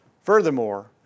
Furthermore